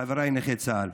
חבריי נכי צה"ל